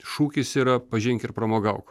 šūkis yra pažink ir pramogauk